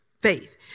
Faith